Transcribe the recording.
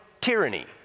tyranny